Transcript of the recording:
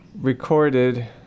recorded